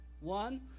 one